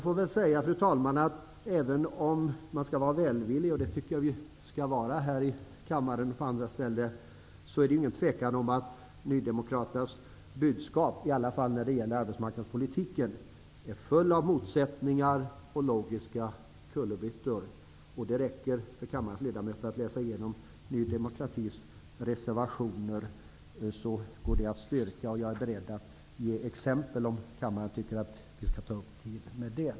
Fru talman! Även om man skall vara välvillig, vilket jag tycker att vi skall vara här i kammaren och på andra ställen, råder det inget tvivel om att nydemokraternas budskap -- i alla fall när det gäller arbetsmarknadspolitiken -- är fullt av motsägelser och logiska kullerbyttor. Det räcker för kammarens ledamöter att läsa igenom Ny demokratis reservationer för att kunna styrka det påståendet. Jag är beredd att ge exempel om kammaren tycker att vi skall ta upp tid med det.